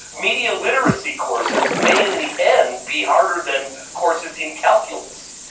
media literacy courses may in the end be harder than courses in calculus.